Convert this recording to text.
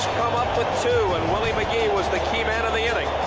up with two and willie mcgee was the key man of the inning.